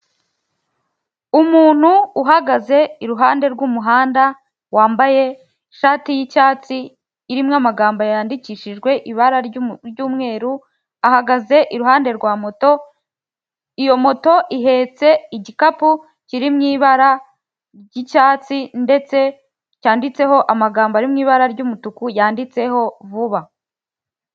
Umuntu uhagaze iruhande rw'umuhanda wambaye ishati y'icyatsi irimo amagambo yandikishijwe ibara' ry'umweru, ahagaze iruhande rwa moto iyo moto ihetse igikapu, kiri mu ibara ry'icyatsi ndetse cyanditseho amagambo ari mu ibara ry'umutuku yanditseho vuba.